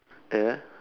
uh !huh!